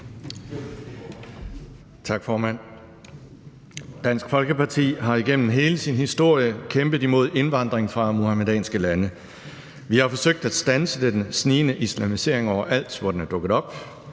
Tak, formand. Dansk Folkeparti har igennem hele sin historie kæmpet mod indvandring fra muhamedanske lande. Vi har forsøgt at standse den snigende islamisering overalt, hvor den er dukket op.